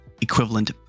equivalent